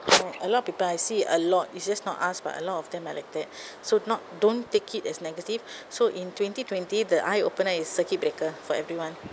for a lot of people I see a lot it's just not us but a lot of them are like that so not don't take it as negative so in twenty twenty the eye opener is circuit breaker for everyone